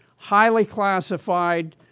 highly classified,